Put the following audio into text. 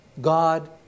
God